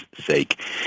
sake